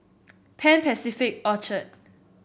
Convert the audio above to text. Pan Pacific Orchard